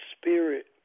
Spirit